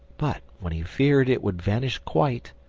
but when he feared it would vanish quite,